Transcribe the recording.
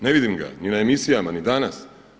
Ne vidim ga ni na emisijama, ni danas.